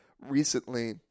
recently